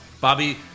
Bobby